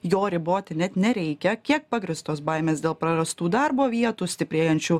jo riboti net nereikia kiek pagrįstos baimės dėl prarastų darbo vietų stiprėjančių